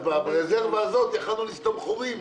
אז ברזרבה הזאת יכולנו לסתום חורים,